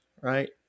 right